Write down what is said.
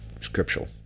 scriptural